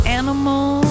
animal